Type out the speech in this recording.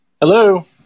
hello